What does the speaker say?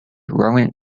growing